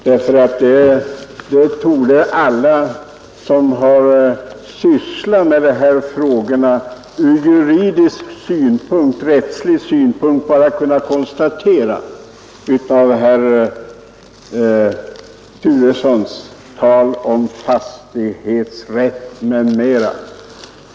Det torde nämligen alla som har sysslat med dessa frågor från juridisk synpunkt kunna konstatera av herr Turessons tal om fastighetsrätt m.m.